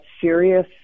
serious